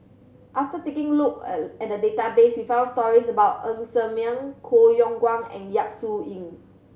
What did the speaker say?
after taking a look at the database we found stories about Ng Ser Miang Koh Yong Guan and Yap Su Yin